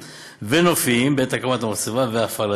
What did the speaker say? ונופיים בעת הקמת המחצבה והפעלתה.